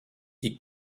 die